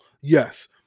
Yes